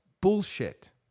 bullshit